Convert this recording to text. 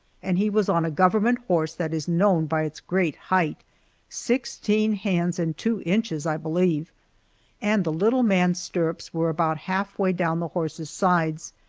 and he was on a government horse that is known by its great height sixteen hands and two inches, i believe and the little man's stirrups were about half way down the horse's sides,